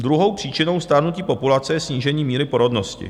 Druhou příčinou stárnutí populace je snížení míry porodnosti.